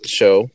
show